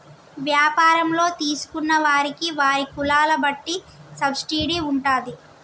వ్యాపారంలో తీసుకున్న వారికి వారి కులాల బట్టి సబ్సిడీ ఉంటాది